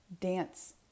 dance